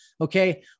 Okay